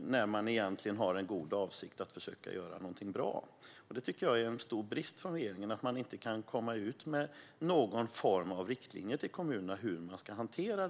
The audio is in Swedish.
när de egentligen har en god avsikt att försöka göra någonting bra. Det tycker jag är en stor brist från regeringen, alltså att man inte kan komma med någon form av riktlinjer till kommunerna om hur detta ska hanteras.